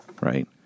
right